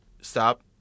stop